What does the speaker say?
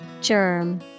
Germ